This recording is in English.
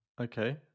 Okay